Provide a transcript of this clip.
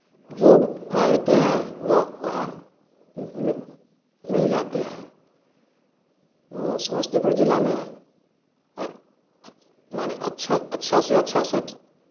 जो मांगते हैं वह वहाँ मिल मिल जाते हैं समस्तीपुर जिला में मैंने अच्छा से अच्छा यूनिवर्सिटी